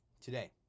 today